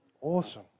Awesome